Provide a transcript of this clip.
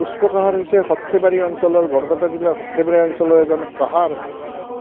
পুষ্প কঁহাৰ হৈছে সৰ্থেবাৰী অঞ্চলৰ বৰপেটা জিলাৰ সৰ্থেবাৰী অঞ্চলৰ এজন কঁহাৰ